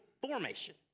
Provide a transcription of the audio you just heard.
formation